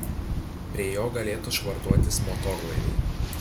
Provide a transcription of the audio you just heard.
prie jo galėtų švartuotis motorlaiviai